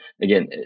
again